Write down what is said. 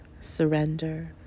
surrender